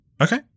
Okay